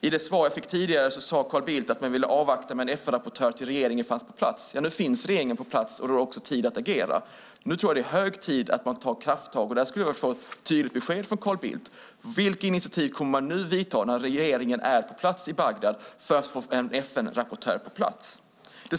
I det svar jag fick tidigare sade Carl Bildt att man ville avvakta med en FN-rapportör tills regeringen fanns på plats. Ja, nu finns regeringen på plats, och då är det också tid att agera. Jag tror att det nu är hög tid att man tar krafttag. Där skulle jag vilja få ett tydligt besked från Carl Bildt: Vilka initiativ kommer man nu att ta när regeringen är på plats i Bagdad för att få en FN-rapportör på plats?